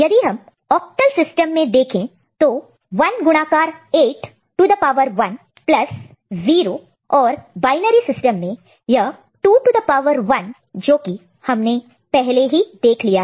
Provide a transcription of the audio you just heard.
यदि हम octal system मैं देखें तो 1 गुणाकार multiplied multiplied 8 to the power 1 plus 0 और बायनरी सिस्टम में यह है 2 टू द पावर 1 जो कि हमने पहले ही देख लिया है